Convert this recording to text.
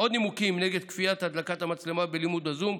עוד נימוקים נגד כפיית הדלקת המצלמה בלימוד בזום: